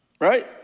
Right